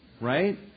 Right